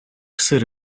сир